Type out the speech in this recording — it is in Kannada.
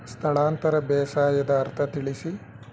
ಸ್ಥಳಾಂತರ ಬೇಸಾಯದ ಅರ್ಥ ತಿಳಿಸಿ?